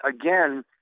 again